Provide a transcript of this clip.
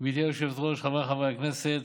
גברתי היושבת-ראש, חבריי חברי הכנסת,